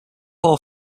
ore